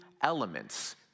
elements